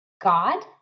God